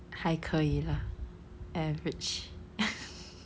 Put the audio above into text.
还可以 lah average